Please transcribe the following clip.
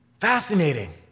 Fascinating